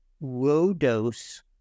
low-dose